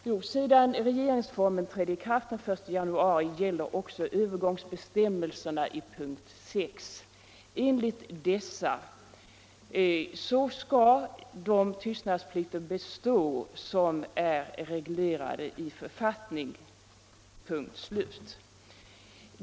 Jo, sedan den nya regeringsformen trädde i kraft den 1 januari i år gäller också övergångsbestämmelserna i punkt 6. Enligt dessa skall de tystnadsplikter bestå som är reglerade i författning. Punkt och slut.